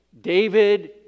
David